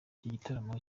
gitaramo